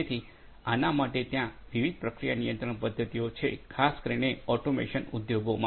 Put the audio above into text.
તેથી આના માટે ત્યાં વિવિધ પ્રક્રિયા નિયંત્રણ પદ્ધતિઓ છે ખાસ કરીને ઓટોમેશન ઉદ્યોગોમાં